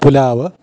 pulao